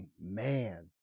man